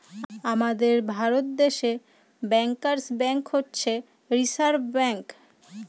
আমাদের ভারত দেশে bankers bank হচ্ছে রিসার্ভ ব্যাঙ্ক